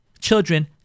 children